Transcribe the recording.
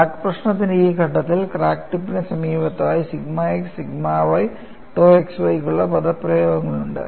crack പ്രശ്നത്തിന്റെ ഈ ഘട്ടത്തിൽ ക്രാക്ക് ടിപ്പിന് സമീപത്തായി sigma x sigma y tau xy യ്ക്കുള്ള പദപ്രയോഗങ്ങളുണ്ട്